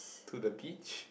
to the beach